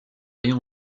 rien